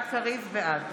בעד